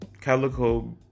calico